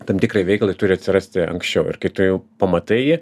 tam tikrai veiklai turi atsirasti anksčiau ir kai tu jau pamatai jį